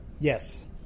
Yes